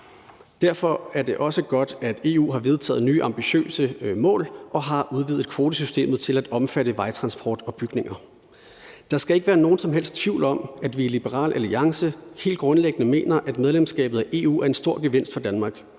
Derfor er det også godt, at EU har vedtaget nye ambitiøse mål og har udvidet kvotesystemet til at omfatte vejtransport og bygninger. Der skal ikke være nogen som helst tvivl om, at vi i Liberal Alliance helt grundlæggende mener, at medlemskabet af EU er en stor gevinst for Danmark,